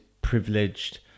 privileged